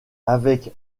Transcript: avec